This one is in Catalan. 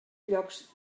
llocs